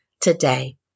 today